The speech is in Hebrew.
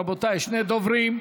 רבותיי, שני דוברים,